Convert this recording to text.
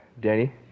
Danny